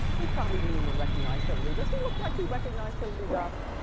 he probably didn't even recognize hilary. does he look like he recognized hilary duff?